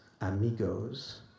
amigos